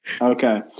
Okay